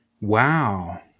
Wow